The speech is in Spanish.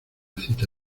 cita